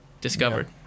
discovered